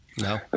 No